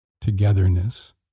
togetherness